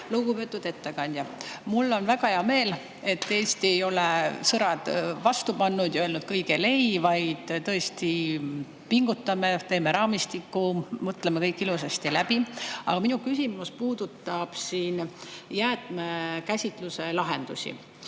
Lugupeetud ettekandja! Mul on väga hea meel, et Eesti ei ole sõrgu vastu ajanud ja öelnud kõigele ei, vaid me tõesti pingutame, teeme raamistiku ja mõtleme kõik ilusasti läbi. Aga minu küsimus puudutab jäätmekäitluse lahendusi.